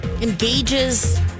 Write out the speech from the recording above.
engages